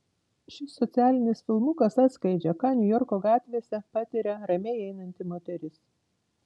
šis socialinis filmukas atskleidžia ką niujorko gatvėse patiria ramiai einanti moteris